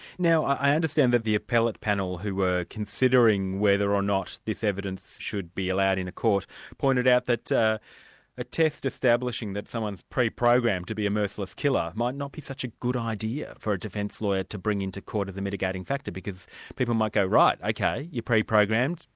now i understand that the appellate panel who were considering whether or not this evidence should be allowed in a court pointed out that a test establishing that someone's pre-programmed to be a merciless killer might not be such a good idea for a defence lawyer to bring into court as a mitigating factor, because people might go, right, ok, you're pre-programmed,